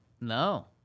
No